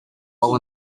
while